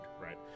right